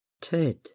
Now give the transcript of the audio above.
Ted